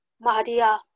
Maria